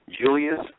Julius